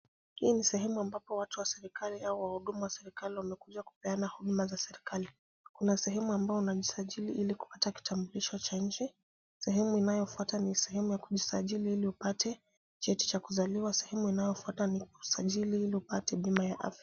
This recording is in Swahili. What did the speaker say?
Hii ni sehemu ambapo watu wa serikali au wahudumu wa serikali wamekuja kupeana huduma za serikali. Kuna sehemu ambayo unajisajili ili kupata kitambulisho cha nchi, sehemu inayofuata ni sehemu ya kujisajili ili upate cheti cha kuzaliwa na sehemu inayofuata ni usajili ili upate bima ya afya.